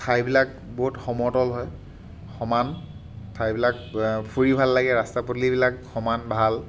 ঠাইবিলাক বহুত সমতল হয় বহুত সমান ঠাইবিলাক ফুৰি ভাল লাগে ৰাস্তা পদূলিবিলাক সমান ভাল